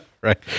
Right